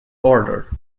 order